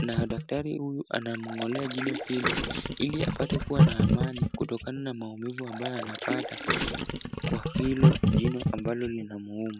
na daktari huyu anamng'olea jino hilo ili apate kuwa na amani kutokana na maumivu ambayo anapata kwa hilo jino ambalo linamuuma.